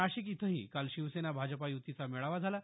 नाशिक इथंही काल शिवसेना भाजपा युतीचा मेळावा झाला